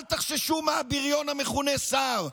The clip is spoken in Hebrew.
אל תחששו מהבריון המכונה שר.